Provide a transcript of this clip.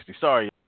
Sorry